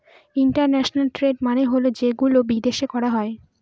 international trade মানে হল যেগুলো বিদেশে করা হয়